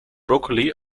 broccoli